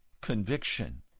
conviction